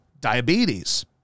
diabetes